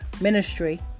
ministry